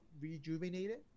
rejuvenated